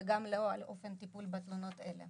וגם לא על אופן הטיפול בתלונות אלה.